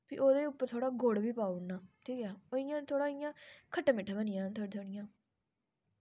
ते चौल पाई आस्तै जि'यां हून कोई सब्जी बनानी कड़छी चाहिदी